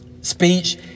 speech